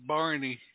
Barney